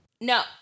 No